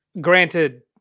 granted